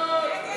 נא להצביע.